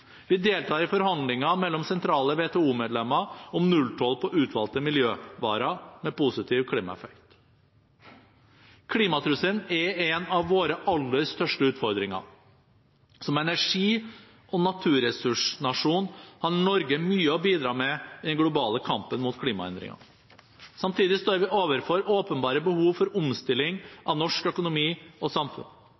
Vi deltar i forhandlinger mellom sentrale WTO-medlemmer om nulltoll på utvalgte miljøvarer med positiv klimaeffekt. Klimatrusselen er en av våre aller største utfordringer. Som energi- og naturressursnasjon har Norge mye å bidra med i den globale kampen mot klimaendringene. Samtidig står vi overfor åpenbare behov for omstilling av norsk økonomi og samfunn.